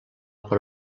per